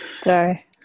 Sorry